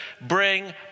bring